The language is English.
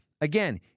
Again